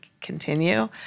continue